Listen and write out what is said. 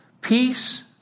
Peace